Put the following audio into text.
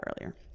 earlier